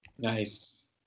Nice